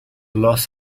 loss